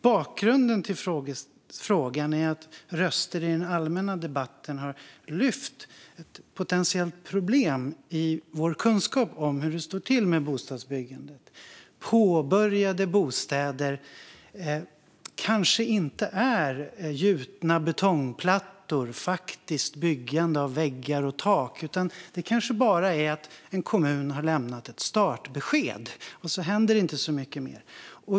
Bakgrunden till interpellationen är att röster i den allmänna debatten har lyft fram ett potentiellt problem i vår kunskap om hur det står till med bostadsbyggandet. Påbörjade bostäder kanske inte är gjutna betongplattor och faktiskt byggande av väggar och tak, utan det kanske är att en kommun bara har lämnat ett startbesked. Och sedan händer det inte så mycket mer.